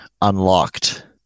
unlocked